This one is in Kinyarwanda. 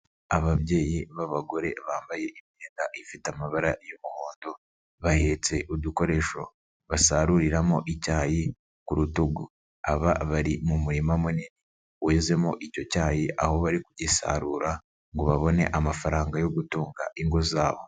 Ababyeyi b'abagore bambaye imyenda ifite amabara y'umuhondo, bahetse udukoresho basaruriramo icyayi ku rutugu, aba bari mu murima munini wezemo icyo cyayi, aho bari kugisarura ngo babone amafaranga yo gutunga ingo zabo.